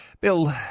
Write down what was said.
Bill